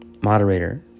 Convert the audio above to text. Moderator